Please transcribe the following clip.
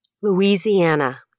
Louisiana